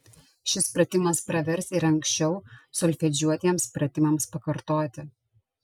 šis pratimas pravers ir anksčiau solfedžiuotiems pratimams pakartoti